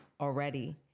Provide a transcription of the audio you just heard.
already